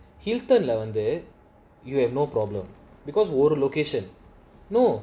வந்து:vandhu you'll have no problem because of the location no